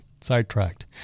sidetracked